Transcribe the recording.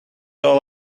all